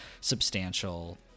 substantial